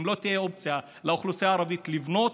אם לא תהיה לאוכלוסייה הערבית אופציה לבנות,